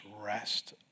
rest